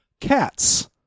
cats